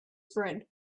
friend